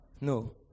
No